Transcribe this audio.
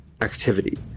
activity